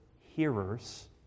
hearers